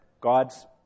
God's